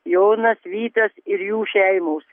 jonas vytas ir jų šeimos